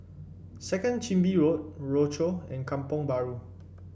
Second Chin Bee Road Rochor and Kampong Bahru